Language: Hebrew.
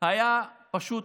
היה פשוט